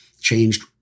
changed